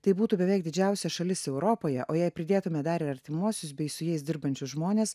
tai būtų beveik didžiausia šalis europoje o jei pridėtume dar ir artimuosius bei su jais dirbančius žmones